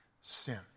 sin